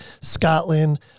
Scotland